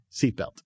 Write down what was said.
seatbelt